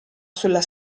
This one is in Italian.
sulla